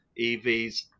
EVs